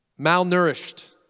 Malnourished